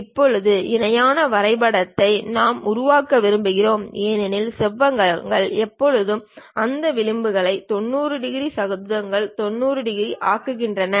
இப்போது இணையான வரைபடத்தை நாம் உருவாக்க விரும்புகிறோம் ஏனெனில் செவ்வகங்கள் எப்போதும் அந்த விளிம்புகளை 90 டிகிரி சதுரங்கள் 90 டிகிரி ஆக்குகின்றன